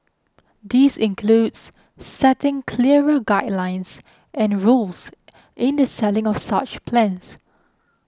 this includes setting clearer guidelines and rules in the selling of such plans